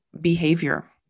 behavior